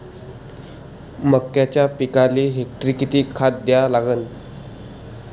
मक्याच्या पिकाले हेक्टरी किती खात द्या लागन?